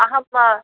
अहं वा